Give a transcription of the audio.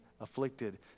afflicted